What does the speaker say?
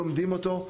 לומדים אותו,